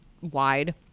wide